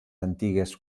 antigues